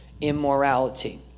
immorality